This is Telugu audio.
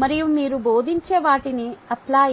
మరియు మీరు బోధించే వాటిని అప్లై